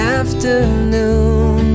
afternoon